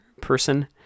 person